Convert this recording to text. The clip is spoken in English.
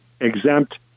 exempt